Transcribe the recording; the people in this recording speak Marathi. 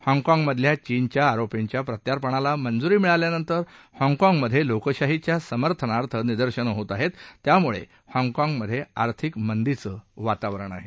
हाँगकाँगमधल्या चीनच्या आरोपींच्या प्रर्त्यापणाला मंजूरी मिळाल्यानंतर हाँगकाँगमधे लोकशाहीच्या समर्थनार्थ निदर्शनं होत आहेत त्यामुळे हाँगकाँगमधे आर्थिक मंदीचं वातावरण आहे